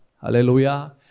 Hallelujah